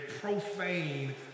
profane